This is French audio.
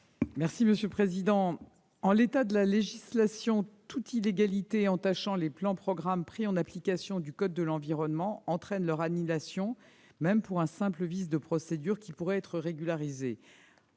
est à Mme la ministre. En l'état de la législation, toute illégalité entachant les plans ou programmes pris en application du code de l'environnement entraîne leur annulation, même pour un simple vice de procédure qui pourrait être régularisé.